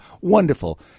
Wonderful